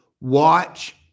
watch